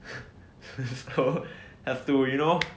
so have to you know